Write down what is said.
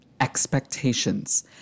expectations